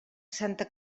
santa